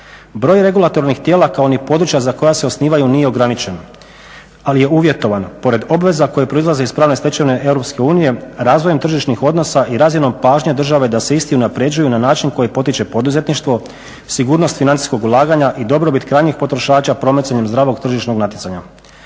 Broj regulatornih tijela kao ni područja za koja se osnivaju nije ograničen ali je uvjetovano pored obveza koje proizlaze iz pravne stečevine EU razvojem tržišnih odnosa i razinom pažnje države da se isti unapređuju na način koji potiče poduzetništvo, sigurnost financijskog ulaganja i dobrobit krajnjeg potrošača promicanjem zdravog tržišnog natjecanja.